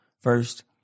First